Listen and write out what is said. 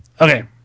Okay